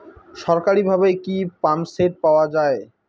সরকারিভাবে কি পাম্পসেট পাওয়া যায়?